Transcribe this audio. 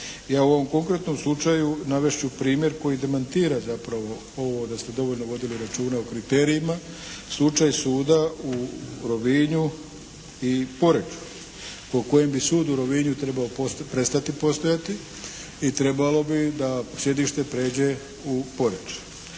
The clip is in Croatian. Ja u ovom konkretnom slučaju navest ću primjer koji demantira zapravo ovo da ste dovoljno vodili računa o kriterijima. Slučaj suda u Rovinju i Poreču, po kojem bi sud u Rovinju prestati postojati i trebalo bi da sjedište prijeđe u Poreč.